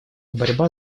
борьба